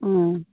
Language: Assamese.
অঁ